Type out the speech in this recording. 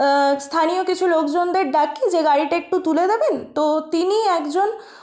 স্থানীয় কিছু লোকজনদের ডাকি যে গাড়িটা একটু তুলে দেবেন তো তিনি একজন